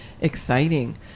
exciting